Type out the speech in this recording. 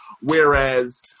whereas